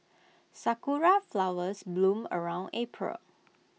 Sakura Flowers bloom around April